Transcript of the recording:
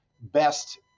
best